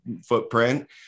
footprint